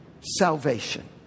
Salvation